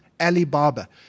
Alibaba